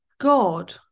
god